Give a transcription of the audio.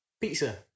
Pizza